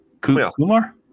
Kumar